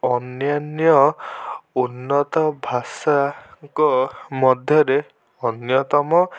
ଅନ୍ୟାନ୍ୟ ଉନ୍ନତ ଭାଷାଙ୍କ ମଧ୍ୟରେ ଅନ୍ୟତମ